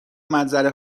منظره